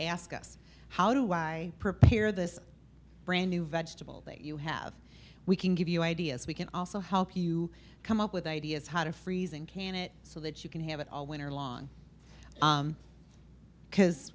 ask us how do i prepare this brand new vegetable that you have we can give you ideas we can also help you come up with ideas how to freeze and can it so that you can have it all winter long because